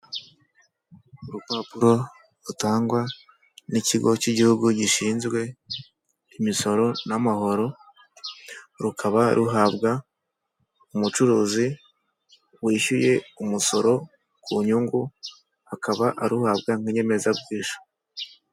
Urupapuro rutangwa n'ikigo cy'igihugu gishinzwe imisoro n'amahoro, rukaba ruhabwa umucuruzi wishyuye umusoro ku nyungu, akaba aruhabwa nk'inyemezabwishyu.